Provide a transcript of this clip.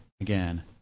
again